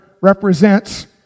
represents